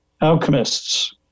Alchemists